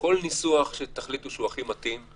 כל ניסוח שתחליטו שהוא הכי מתאים,